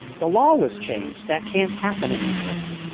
the law was changed. that can't happen anymore.